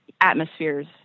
atmospheres